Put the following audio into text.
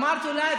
אמרתי אולי,